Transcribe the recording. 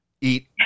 eat